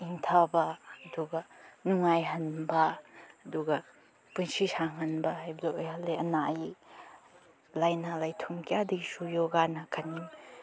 ꯏꯪꯊꯕ ꯑꯗꯨꯒ ꯅꯨꯡꯉꯥꯏꯍꯟꯕ ꯑꯗꯨꯒ ꯄꯨꯟꯁꯤ ꯁꯥꯡꯍꯟꯕ ꯍꯥꯏꯕꯗꯣ ꯑꯣꯏꯍꯜꯂꯦ ꯑꯅꯥ ꯑꯌꯦꯛ ꯂꯥꯏꯅꯥ ꯂꯥꯏꯊꯨꯡ ꯀꯌꯥꯗꯒꯤꯁꯨ ꯌꯣꯒꯥꯅ